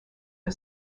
for